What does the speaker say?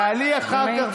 על גנבת קרדיט כזאת